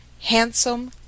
handsome